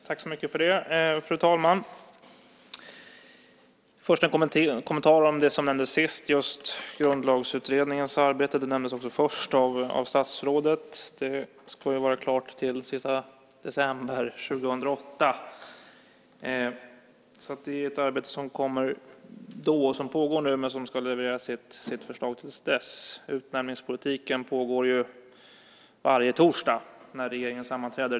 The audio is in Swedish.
Fru talman! Jag har först en kommentar till det som nämndes sist - Grundlagsutredningens arbete. Det nämndes också först av statsrådet. Det ska ju vara klart till den sista december 2008. Det är alltså ett arbete som pågår nu men som ska leverera sitt förslag till dess. Utnämningspolitiken pågår varje torsdag när regeringen sammanträder.